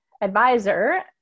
advisor